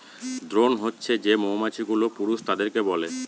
drone হছে যে মৌমাছি গুলো পুরুষ তাদেরকে বলে